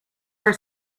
our